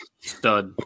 stud